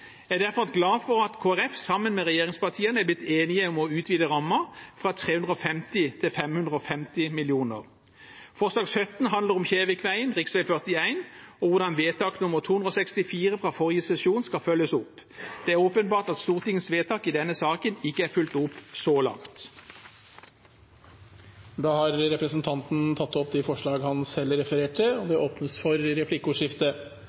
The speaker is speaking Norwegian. Jeg er derfor glad for at Kristelig Folkeparti er blitt enig med regjeringspartiene om å utvide rammen fra 350 mill. kr til 550 mill. kr. Forslag nr. 17 handler om Kjevik-veien, rv. 41, og hvordan anmodningsvedtak nr. 264 fra forrige sesjon skal følges opp. Det er åpenbart at Stortingets vedtak i denne saken ikke er fulgt opp så langt. Representanten Hans Fredrik Grøvan har tatt opp de forslagene han refererte til. Det åpnes for replikkordskifte.